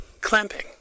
clamping